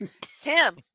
tim